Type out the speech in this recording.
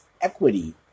equity